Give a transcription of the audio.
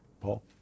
Paul